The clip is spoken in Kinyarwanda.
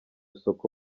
soko